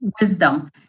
wisdom